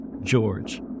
George